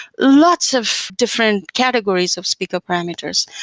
lots of different categories of speaker parameters.